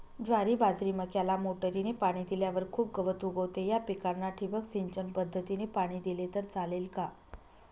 ज्वारी, बाजरी, मक्याला मोटरीने पाणी दिल्यावर खूप गवत उगवते, या पिकांना ठिबक सिंचन पद्धतीने पाणी दिले तर चालेल का?